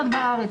בארץ.